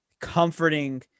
comforting